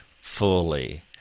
fully